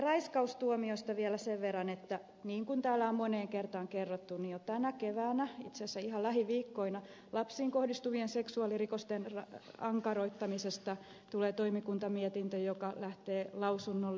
raiskaustuomioista vielä sen verran että niin kuin täällä on moneen kertaan kerrottu jo tänä keväänä itse asiassa ihan lähiviikkoina lapsiin kohdistuvien seksuaalirikosten ankaroittamisesta tulee toimikuntamietintö joka lähtee lausunnolle